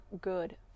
good